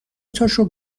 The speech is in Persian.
تاشو